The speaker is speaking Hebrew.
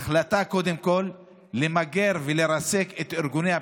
קודם כול החלטה למגר ולרסק את ארגוני הפשיעה,